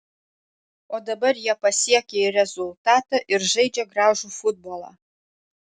o dabar jie pasiekia ir rezultatą ir žaidžia gražų futbolą